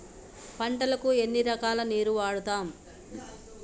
పంటలకు ఎన్ని రకాల నీరు వాడుతం?